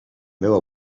meva